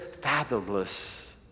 fathomless